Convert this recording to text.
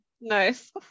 Nice